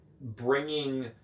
bringing